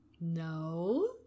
No